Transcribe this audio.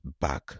back